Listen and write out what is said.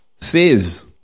says